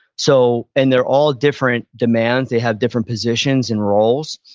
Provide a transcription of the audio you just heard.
so, and they're all different demands. they have different positions and roles.